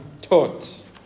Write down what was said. taught